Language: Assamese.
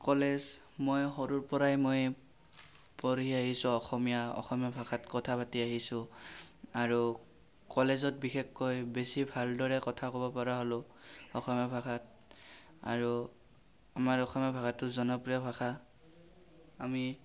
কলেজ মই সৰুৰ পৰাই মই পঢ়ি আহিছোঁ অসমীয়া অসমীয়া ভাষাত কথা পাতি আহিছোঁ আৰু কলেজত বিশেষকৈ বেছি ভালদৰে কথা ক'ব পৰা হ'লোঁ অসমীয়া ভাষাত আৰু আমাৰ অসমীয়া ভাষাটো জনপ্ৰিয় ভাষা আমি